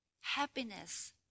happiness